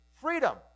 freedom